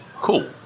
cool